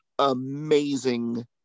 amazing